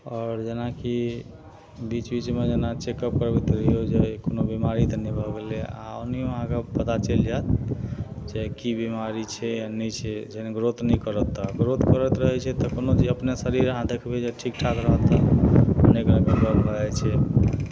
आओर जेनाकि बीच बीचमे जेना चेक अप करबैत रहियौ जे कोनो बीमारी तऽ नहि भऽ गेलय आओर ओहियो अहाँके पता चलि जायत जे की बीमारी छै नहि छै जहन ग्रोथ नहि करत तऽ ग्रोथ करैत रहय छै तऽ कोनो जे अपने शरीर अहाँ देखबय जे ठीक ठाक रहत अनेक रङ्गके गप्प भऽ जाइ छै